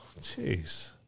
jeez